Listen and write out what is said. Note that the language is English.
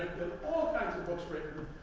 all kinds of books written,